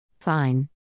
Fine